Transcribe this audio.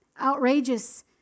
outrageous